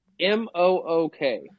M-O-O-K